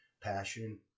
passion